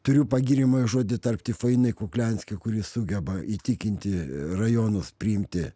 turiu pagiriamąjį žodį tarti fainai kukliansky kuri sugeba įtikinti rajonus priimti